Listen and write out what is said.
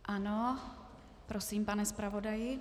Ano, prosím, pane zpravodaji.